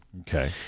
Okay